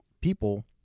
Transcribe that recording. people